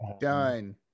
done